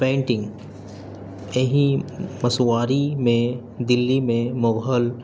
painting یہ مسواری میں دلی میں مغل